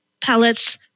pellets